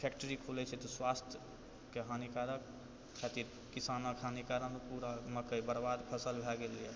factory खुलै छै तऽ स्वास्थ्यके हानिकारक खातिर किसानक हानिके कारण ओ पूरा मक्कइके बर्बाद फसल भए गेले यहऽ